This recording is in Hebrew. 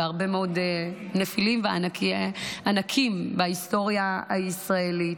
וכיהנו הרבה מאוד נפילים וענקים בהיסטוריה הישראלית,